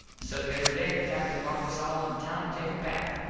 so the other day the captin walked us all in town to take a bath.